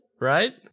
right